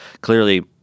clearly